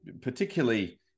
particularly